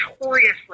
notoriously